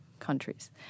countries